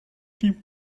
die